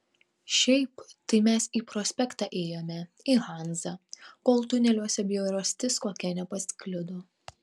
šiaip tai mes į prospektą ėjome į hanzą kol tuneliuose bjaurastis kokia nepasklido